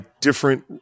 different